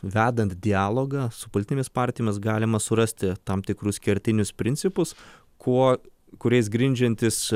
vedant dialogą su politinėmis partijomis galima surasti tam tikrus kertinius principus kuo kuriais grindžiantis